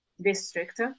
district